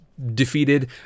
Defeated